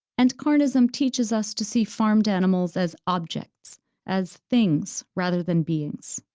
and carnism teaches us to see farmed animals as objects as things, rather than beings.